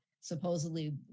supposedly